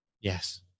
Yes